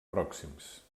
pròxims